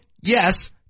Yes